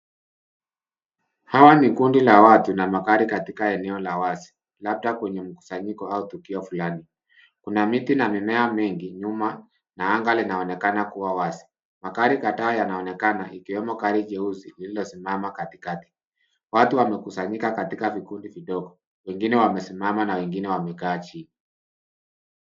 Hawa ni kundi la watu na magari katika eneo la wazi, labda kwenye mkusanyiko au tukio fulani. Kuna miti na mimea mengi nyuma na anga linaonekana kuwa wazi. Magari kadhaa yanaonekana gari ikiwemo jeusi lililosimama katikati. Watu wamekusanyika katika vikundi vidogo, wengine wamesimama na wengine wamekaa chini.